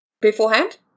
beforehand